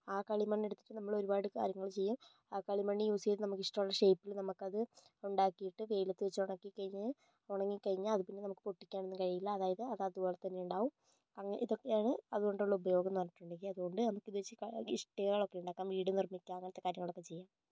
ആ കളിമണ്ണെടുത്ത് നമ്മളൊരുപാട് കാര്യങ്ങള് ചെയ്യും ആ കളിമണ്ണ് യൂസ് ചെയ്ത് നമുക്കിഷ്ട്ടമുള്ള് ഷേപ്പിൽ നമുക്കത് ഉണ്ടാക്കിയിട്ട് വെയിലത്ത് വച്ച് ഉണക്കിക്കഴിഞ്ഞ് ഉണങ്ങിക്കഴിഞ്ഞാൽ അത് പിന്നെ നമുക്ക് പൊട്ടിക്കാനൊന്നും കഴിയില്ല അതായത് അത് അതുപോലെതന്നെയുണ്ടാകും ഇതൊക്കെയാണ് അതുകൊണ്ടുള്ള ഉപയോഗം എന്ന് പറഞ്ഞിട്ടുണ്ടെങ്കിൽ അതുകൊണ്ട് നമുക്കിത് വച്ച് ഇഷ്ടികകളൊക്കേ ഉണ്ടാക്കാം വീട് നിർമ്മിക്കാം അങ്ങനത്തെ കാര്യങ്ങളൊക്കെ ചെയ്യാം